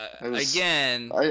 Again